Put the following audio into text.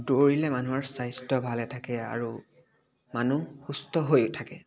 দৌৰিলে মানুহৰ স্বাস্থ্য ভালে থাকে আৰু মানুহ সুস্থ হৈ থাকে